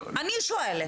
אני שואלת.